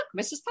Mrs